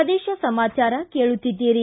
ಪ್ರದೇಶ ಸಮಾಚಾರ ಕೇಳುತ್ತೀದ್ದಿರಿ